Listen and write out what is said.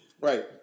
Right